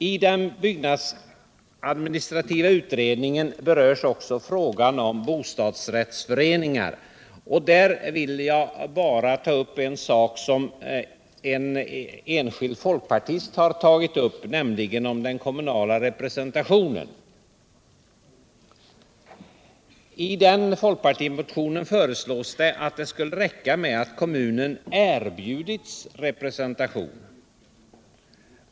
I den byggnadsadministrativa utredningens betänkande berörs även frågan om bostadsrättsföreningar, och där vill jag bara tå upp en sak som förts fram motionsvägen av en enskild folkpartist, nämligen den kommunala representationen. I motionen uttalas att det skulle räcka med att kommunerna erbjudits representation.